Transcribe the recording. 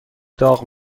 داغ